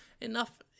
Enough